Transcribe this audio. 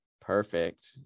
perfect